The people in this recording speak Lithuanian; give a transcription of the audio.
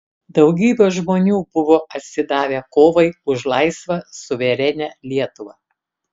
daugybė žmonių buvo atsidavę kovai už laisvą suverenią lietuvą